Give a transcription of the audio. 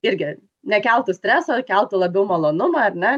irgi nekeltų streso ir keltų labiau malonumą ar ne